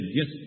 yes